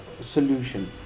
solution